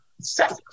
Sex